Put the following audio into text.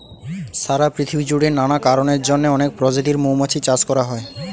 সারা পৃথিবী জুড়ে নানা কারণের জন্যে অনেক প্রজাতির মৌমাছি চাষ হয়